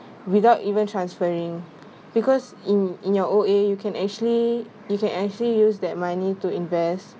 without even transferring because in in your O_A you can actually you can actually use that money to invest